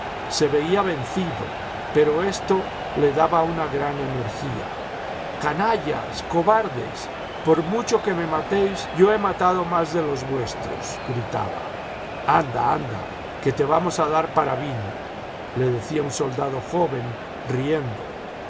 se veía vencido pero esto le daba una gran energía canallas cobardes por mucho que me matéis yo he matado más de los vuestros gritaba anda anda que te vamos a dar para vino le decía un soldado joven riendo